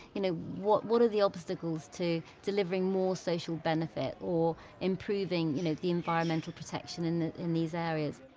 you know, what what are the obstacles to delivering more social benefit or improving you know the environmental protection in in these areas?